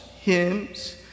hymns